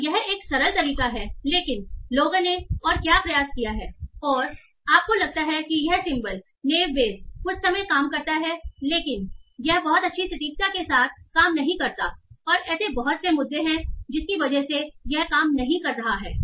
तो यह एक सरल तरीका है लेकिन लोगों ने और क्या प्रयास किया है और आपको लगता है कि यह सिंबल नेव बेस कुछ समय काम करता है लेकिन यह बहुत अच्छी सटीकता के साथ काम नहीं करता है और ऐसे बहुत से मुद्दे है जिसकी वजह से यह काम नहीं कर रहा है